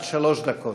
עד שלוש דקות.